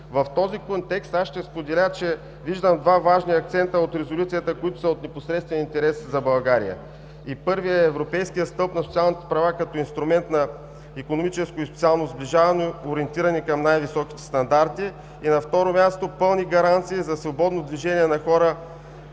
В този контекст аз ще споделя, че виждам два важни акцента от резолюцията, които са от непосредствен интерес за България и първият е: европейският стълб на социалните права като инструмент на икономическо и социално сближаване, ориентирани към най-високите стандарти, и на второ място – пълни гаранции за свободно движение на хора